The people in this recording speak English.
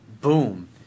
Boom